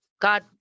God